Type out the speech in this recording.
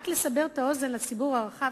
רק לסבר את האוזן לציבור הרחב,